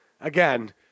again